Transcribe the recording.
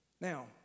Now